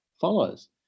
follows